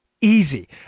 easy